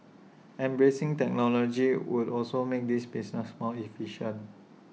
embracing technology would also make this business more efficient